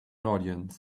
audience